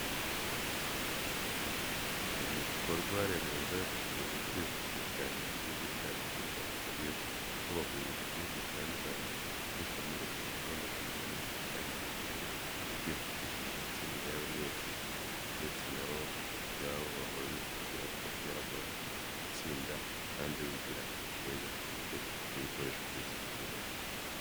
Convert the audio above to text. Ibikorwa remezo bikomeje kwihuta cyane mu Gihugu cyacu cy'u Rwanda. Hagiye hubakwa ibintu byinshi bitandukanye ariko muri byo harimo amashuri meza cyane ku buryo byihutishije imitsindire y'abanyeshuri ndetse na bo ubwabo baba bivugira ko byagorana gutsindwa kandi wigira ahantu heza hafite n'ibikoresho byose nkenerwa.